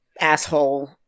asshole